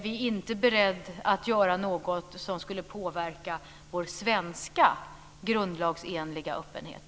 Vi är inte beredda att göra något som skulle påverka vår svenska grundlagsfästa öppenhet.